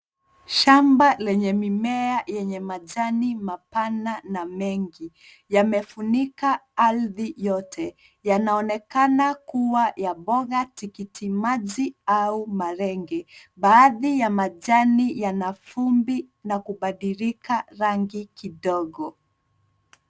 Shamba lenye mimea yenye majani mapana na mengi yamefunika ardhi yote. Yanaonekana kuwa ya mboga, tikitimaji au malenge. Baadhi ya majani yana vumbi na kubadilika rangi kidogo.